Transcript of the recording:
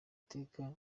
iteka